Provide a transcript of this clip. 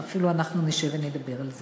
ואפילו אנחנו נשב ונדבר על זה.